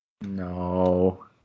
No